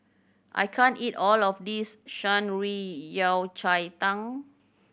I can't eat all of this Shan Rui Yao Cai Tang